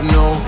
no